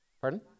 Pardon